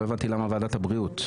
לא הבנתי למה ועדת הבריאות.